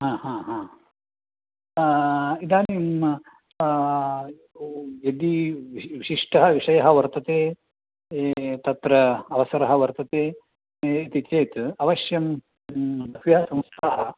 हा हा हा इदानीं यदि विशिष्टः विषयः वर्तते तत्र अवसरः वर्तते इति चेत् अवश्यं बह्व्यः संस्थाः